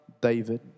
David